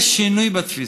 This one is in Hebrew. יש שינוי בתפיסה,